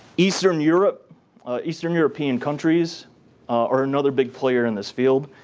eastern europe eastern european countries are another big player in this field.